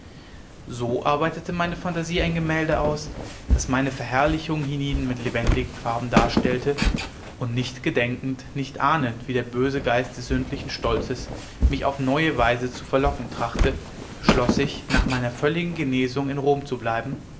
so arbeitete meine phantasie ein gemälde aus das meine verherrlichung hienieden mit lebendigen farben darstellte und nicht gedenkend nicht ahnend wie der böse geist des sündlichen stolzes mich auf neue weise zu verlocken trachte beschloß ich nach meiner völligen genesung in rom zu bleiben